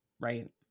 right